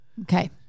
Okay